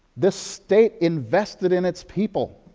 this state invested in its people.